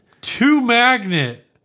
Two-magnet